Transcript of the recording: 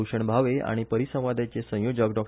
भूषण भावे आनी परिसंवादाचे संयोजक डॉ